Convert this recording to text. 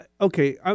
Okay